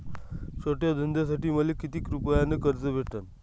छोट्या धंद्यासाठी मले कितीक रुपयानं कर्ज भेटन?